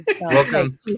Welcome